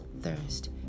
thirst